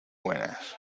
buenas